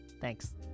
Thanks